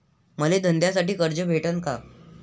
मले धंद्यासाठी कर्ज भेटन का?